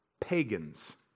pagans